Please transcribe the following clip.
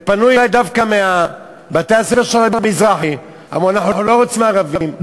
ופנו אלי דווקא מבתי-הספר של "המזרחי" ואמרו: אנחנו לא רוצים ערבים,